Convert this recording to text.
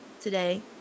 today